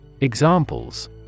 Examples